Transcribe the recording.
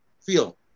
feel